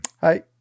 hi